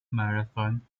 marathon